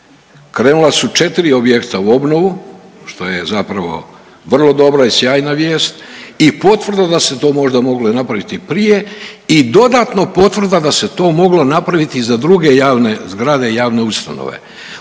krenula su četiri objekta u obnovu što je zapravo vrlo dobra i sjajna vijest i potvrda da se to možda moglo i napraviti prije i dodatno potvrda da se to moglo napraviti i za druge javne zgrade i javne ustanove.